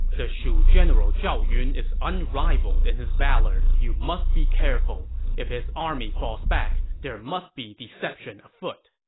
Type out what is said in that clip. the shu general zhao yun is unrivaled in his valor. you must be careful. if his army falls back, there must be deception afoot.